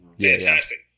Fantastic